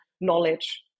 knowledge